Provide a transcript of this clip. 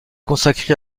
consacrée